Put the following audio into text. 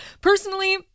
Personally